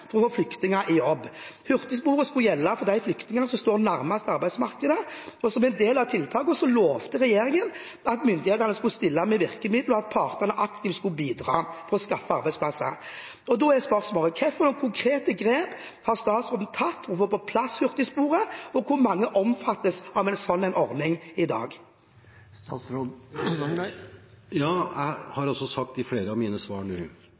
for å få flyktninger i jobb. Hurtigsporet skulle gjelde for de flyktningene som sto nærmest arbeidsmarkedet, og som en del av tiltaket lovte regjeringen at myndighetene skulle stille med virkemidler, og at partene aktivt skulle bidra til å skaffe arbeidsplasser. Da er spørsmålet: Hvilke konkrete grep har statsråden tatt for å få på plass hurtigsporet, og hvor mange omfattes av en slik ordning i dag? Jeg har sagt i flere av mine svar nå